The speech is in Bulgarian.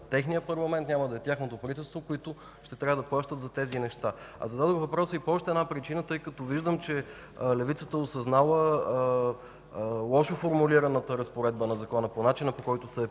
техният парламент, няма да е тяхното правителство, което ще трябва да плаща за тези неща. Зададох въпроса и по още една причина. Виждам, че левицата е осъзнала лошо формулираната разпоредба на Закона по начина, по който са я